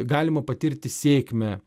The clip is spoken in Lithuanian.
galima patirti sėkmę